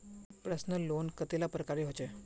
Personal loan कतेला प्रकारेर होचे?